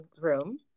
room